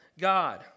God